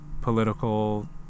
political